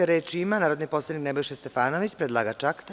Reč ima narodni poslanik Nebojša Stefanović, predlagač akta.